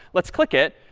let's click it,